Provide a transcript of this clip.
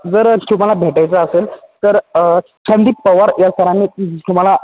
जर तुम्हाला भेटायचं असेल तर संदीप पवार या सरांनी तुम्हाला